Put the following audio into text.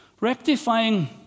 Rectifying